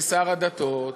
ושר הדתות,